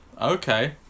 Okay